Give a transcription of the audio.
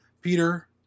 Peter